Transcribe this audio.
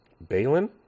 Balin